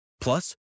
Plus